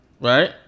right